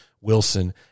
Wilson